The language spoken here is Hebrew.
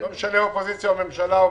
לא משנה אופוזיציה או ממשלה.